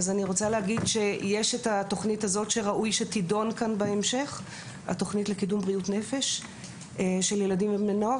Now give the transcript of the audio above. יש את התוכנית הזו של קידום בריאות נפש של ילדים ובני נוער,